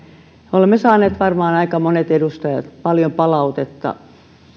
olemme varmaan aika monet edustajat saaneet paljon palautetta